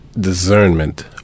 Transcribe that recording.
discernment